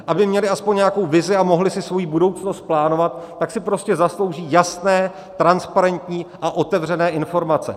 Aby měli aspoň nějakou vizi a mohli si svoji budoucnost plánovat, tak si prostě zaslouží jasné, transparentní a otevřené informace.